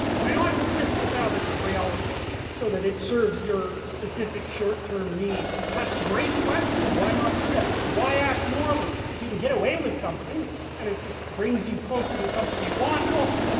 why not twist the fabric of reality so that it serves your specific short-term needs? i mean, that's a great question, why not do that? why act morally if you can get away with something and it brings you closer to something you want? well,